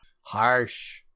Harsh